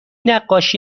نقاشی